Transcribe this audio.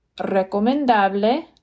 recomendable